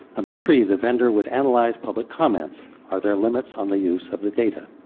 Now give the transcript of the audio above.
number three the vendor would analyze public comments are there limits on the use of the data?